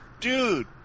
Dude